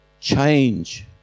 change